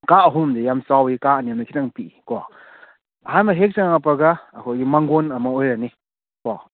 ꯀꯥ ꯑꯍꯨꯝꯗꯤ ꯌꯥꯝ ꯆꯥꯎꯋꯤ ꯀꯥ ꯑꯅꯤ ꯑꯝꯅ ꯈꯤꯇꯪ ꯄꯤꯛꯏ ꯀꯣ ꯑꯍꯥꯟꯕ ꯍꯦꯛ ꯆꯪꯉꯛꯄꯒ ꯑꯩꯈꯣꯏꯒꯤ ꯃꯥꯡꯒꯣꯟ ꯑꯃ ꯑꯣꯏꯔꯅꯤ ꯀꯣ